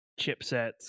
chipsets